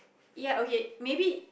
ya okay maybe